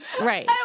Right